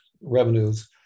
revenues